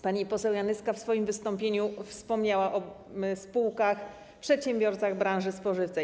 Pani poseł Janyska w swoim wystąpieniu wspomniała o spółkach, przedsiębiorcach branży spożywczej.